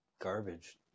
garbage